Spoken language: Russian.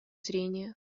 зрения